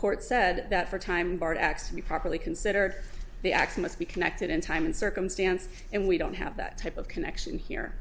court said that for time barred x to be properly considered the action must be connected in time and circumstance and we don't have that type of connection here